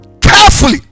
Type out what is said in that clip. Carefully